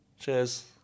Cheers